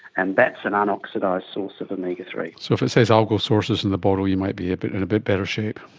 and that's an unoxidised source of omega three. so if it says algal sources on and the bottle you might be but in a bit better shape.